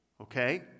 okay